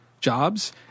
jobs